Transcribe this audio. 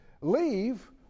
leave